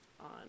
on